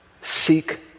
seek